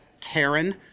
Karen